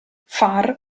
far